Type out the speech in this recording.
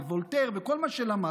וולטר וכל מה שלמדנו.